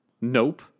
Nope